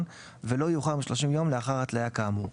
ולא יאוחר מ־30 ימים לאחר התליה כאמור.